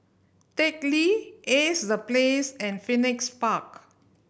Teck Lee Ace The Place and Phoenix Park